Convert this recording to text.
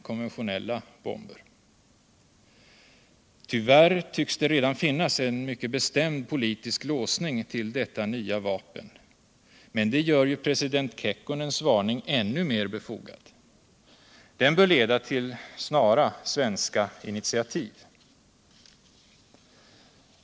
konventionella bomber. Tyvärr tycks det redan finnas en mycket bestämd politisk låsning utl detta nya vapen — men det gör ju president Kekkonens varning ännu mer befogad. Den bör leda till snara svenska initiativ.